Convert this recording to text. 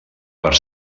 per